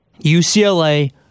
UCLA